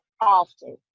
often